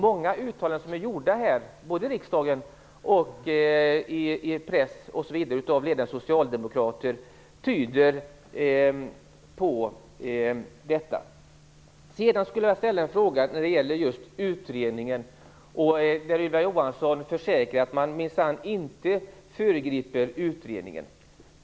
Många uttalanden som är gjorda av ledande socialdemokrater både här i riksdagen och i press osv. tyder på detta. Sedan skulle jag vilja ställa en fråga om utredningen. Ylva Johansson försäkrar att man minsann inte föregriper utredningen.